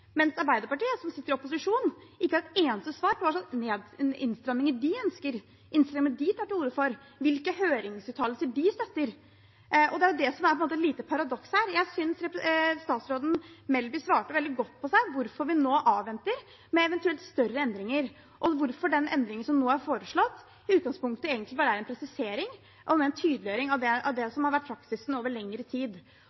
mens Arbeiderpartiet, som sitter i opposisjon, ikke har et eneste svar på hva slags innstramminger de ønsker å ta til orde for, hvilke høringsuttalelser de støtter. Det er det som er et lite paradoks her. Jeg synes statsråd Melby svarte veldig godt for hvorfor vi nå avventer med eventuelle større endringer, og hvorfor den endringen som nå er foreslått, i utgangspunktet egentlig bare er en presisering og en tydeliggjøring av det